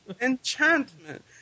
Enchantment